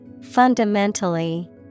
Fundamentally